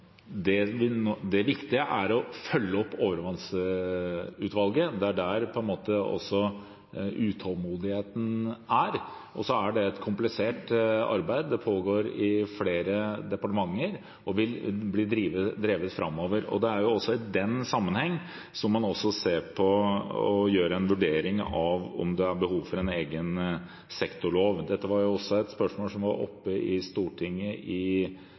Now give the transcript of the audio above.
det kommer – er at det viktige er å følge opp overvannsutvalget. Det er også der utålmodigheten er. Det er et komplisert arbeid. Det pågår i flere departementer og vil bli drevet framover. Det er også i den sammenheng man ser på og gjør en vurdering av om det er behov for en egen sektorlov. Dette er et spørsmål som var oppe i Stortinget i